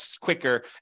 quicker